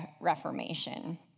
reformation